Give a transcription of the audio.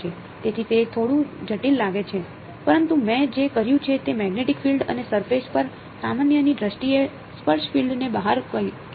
તેથી તે થોડું જટિલ લાગે છે પરંતુ મેં જે કર્યું છે તે મેગ્નેટિક ફીલ્ડ અને સરફેશ પર સામાન્યની દ્રષ્ટિએ સ્પર્શ ફીલ્ડ ને બહાર કા્યું છે